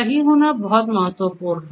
सही होना बहुत महत्वपूर्ण है